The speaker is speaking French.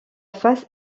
face